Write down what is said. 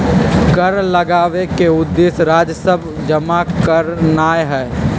कर लगाबेके उद्देश्य राजस्व जमा करनाइ हइ